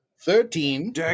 Thirteen